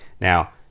Now